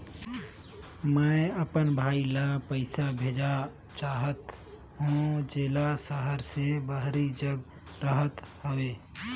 मैं अपन भाई ल पइसा भेजा चाहत हों, जेला शहर से बाहर जग रहत हवे